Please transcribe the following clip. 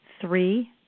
Three